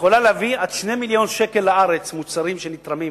יכולה להביא עד 2 מיליוני שקל לארץ מוצרים שנתרמים